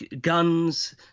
guns